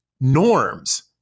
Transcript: norms